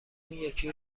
یکی